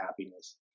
happiness